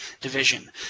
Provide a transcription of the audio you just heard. division